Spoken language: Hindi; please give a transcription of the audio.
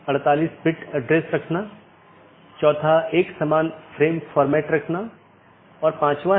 अगला राउटर 3 फिर AS3 AS2 AS1 और फिर आपके पास राउटर R1 है